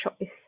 choice